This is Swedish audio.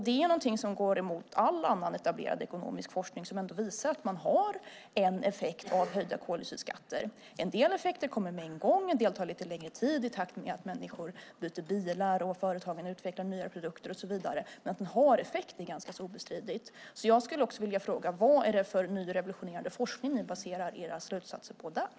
Det är något som går emot all annan etablerad ekonomisk forskning som visar att det blir en effekt av höjda koldioxidskatter. En del effekter kommer med en gång, andra tar lite längre tid i takt med att människor byter bilar, att företagen utvecklar nya produkter och så vidare, men att den har effekt är ganska obestridligt. Så jag skulle vilja fråga: Vad är det för ny revolutionerande forskning som ni baserar era slutsatser på där?